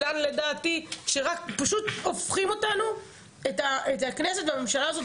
לדעתי שרק פשוט הופכים אותנו את הכנסת והממשלה הזאת